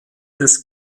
des